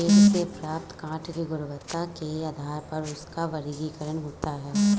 पेड़ से प्राप्त काष्ठ की गुणवत्ता के आधार पर उसका वर्गीकरण होता है